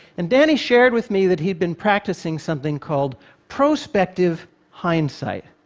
and danny shared with me that he'd been practicing something called prospective hindsight.